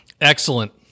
Excellent